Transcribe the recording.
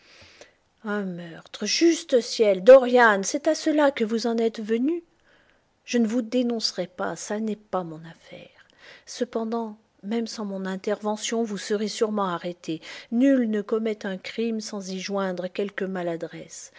un meurtre juste ciel dorian c'est à cela que vous en êtes venu je ne vous dénoncerai pas ça n'est pas mon affaire cependant même sans mon intervention vous serez sûrement arrêté nul ne commet un crime sans y joindre quelque maladresse